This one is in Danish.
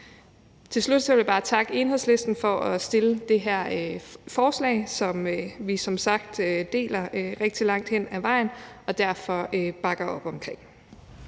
Til slut vil jeg bare takke Enhedslisten for at fremsætte det her forslag, som vi som sagt deler rigtig langt hen ad vejen og derfor bakker op omkring.